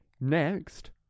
next